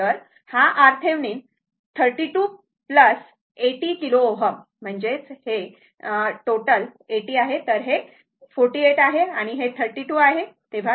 तर हा RThevenin 32 ते 80 किलो Ω आहे पण हि टोटल म्हणजेच प्रत्यक्षात हे 32 48 80आहे तर हे 48 आहे आणि हे 32 आहे